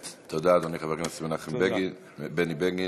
אמת, תודה, אדוני חבר הכנסת מנחם בגין, בני בגין.